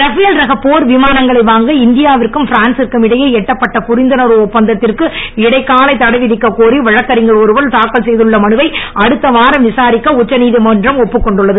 Rafale ரக போர் விமானங்களை வாங்க இந்தியாவிற்கும் பிரான்சிற்கும் இடையே எட்டப்பட்ட புரிந்துணர்வு ஒப்பந்தத்திற்கு இடைக்கால தடை விதிக்க கோரி வழக்கறிஞர் ஒருவர் தாக்கல் செய்துள்ள மனுவை அடுத்த வாரம் விசாரிக்க உச்சநீதிமன்றம் ஒப்புக்கொண்டுள்ளது